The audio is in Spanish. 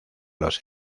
los